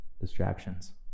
distractions